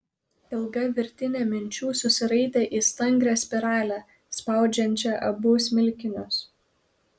ilga virtinė minčių susiraitė į stangrią spiralę spaudžiančią abu smilkinius